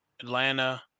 Atlanta